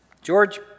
George